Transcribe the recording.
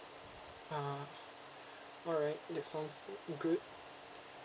ah alright that sounds good